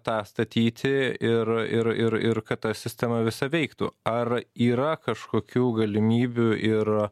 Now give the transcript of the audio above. tą statyti ir ir ir ir kad ta sistema visa veiktų ar yra kažkokių galimybių ir